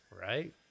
Right